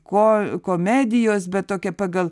ko komedijos bet tokia pagal